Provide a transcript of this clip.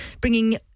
bringing